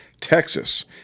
Texas